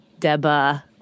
Deba